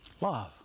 Love